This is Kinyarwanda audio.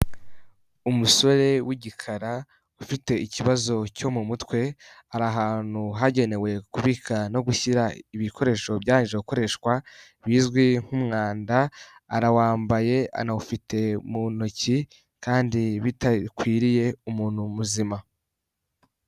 Umusore w'igikara ufite ikibazo cyo mu mutwe, ari ahantutu hagenewe kubika no gushyira ibikoresho byarangije gukoreshwa, bizwi nk'umwanda, arawambaye anawufite mu ntoki, kandi bitakwiriye umuntu muzima.